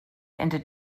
into